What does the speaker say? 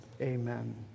amen